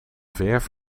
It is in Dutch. verf